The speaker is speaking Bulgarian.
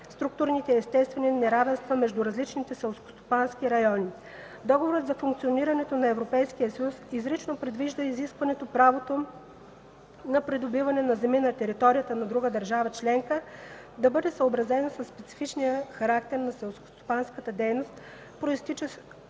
структурните и естествени неравенства между различните селскостопански райони”. Договорът за функционирането на Европейския съюз изрично предвижда изискването правото на придобиване на земи на територията на друга държава членка да бъде съобразено със специфичния характер на селскостопанската дейност, произтичащ